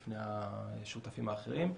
בפני השותפים האחרים.